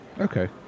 Okay